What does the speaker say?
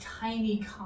tiny